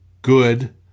good